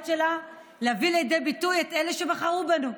שלה להביא לידי ביטוי את אלה שבחרו בנו.